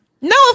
No